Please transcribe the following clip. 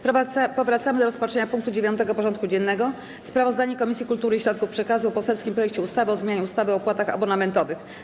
Powracamy do rozpatrzenia punktu 9. porządku dziennego: Sprawozdanie Komisji Kultury i Środków Przekazu o poselskim projekcie ustawy o zmianie ustawy o opłatach abonamentowych.